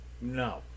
no